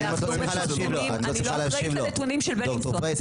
אני לא אחראית על הנתונים של בלינסון,